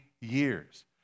years